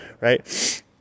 Right